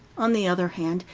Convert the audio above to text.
on the other hand,